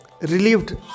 relieved